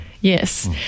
yes